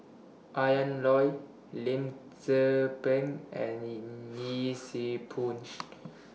Ian Loy Lim Tze Peng and Yee Siew Pun